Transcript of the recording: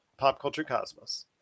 PopCultureCosmos